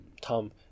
Tom